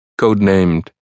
codenamed